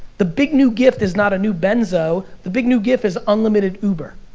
the big new gift is not a new benzo, the big new gift is unlimited uber.